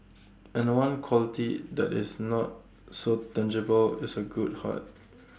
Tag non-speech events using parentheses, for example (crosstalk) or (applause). and one quality that is not so tangible is A good heart (noise)